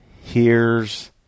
hears